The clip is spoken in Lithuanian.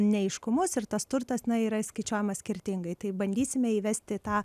neaiškumus ir tas turtas na yra įskaičiuojamas skirtingai tai bandysime įvesti tą